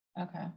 Okay